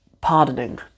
pardoning